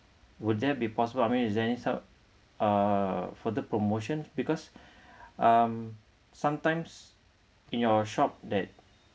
would there be possible I mean is there any out uh further promotion because um sometimes in your shop that